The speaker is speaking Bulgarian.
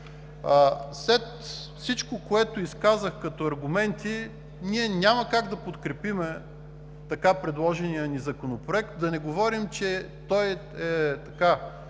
След всичко, което изказах като аргументи, ние няма как да подкрепим така предложения ни законопроект. Да не говорим, че той също